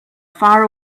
far